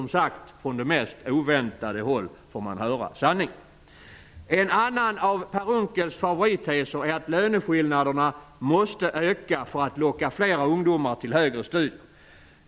Från de mest oväntade håll får man som sagt höra sanningen. En annan av Per Unckels favoritteser är att löneskillnaderna måste öka för att locka fler ungdomar till högre studier.